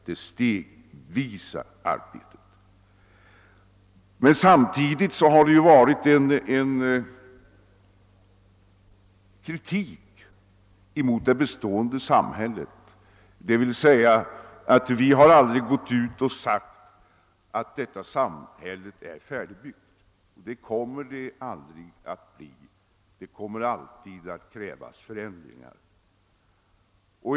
Men vi har samtidigt riktat kritik mot det bestående samhället. Vi har aldrig påstått att detta samhälle är färdigbyggt. Det kommer alltid att krävas förändringar.